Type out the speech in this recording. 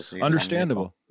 understandable